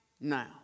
Now